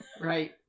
right